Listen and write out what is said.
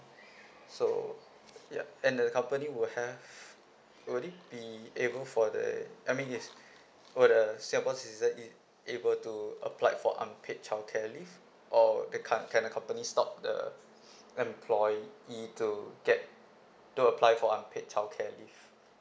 so ya and the company will have will it be able for the I mean yes would the singapore citizen is able to apply for unpaid childcare leave or the com~ can the companies stop the employee to get to apply for unpaid childcare leave